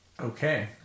Okay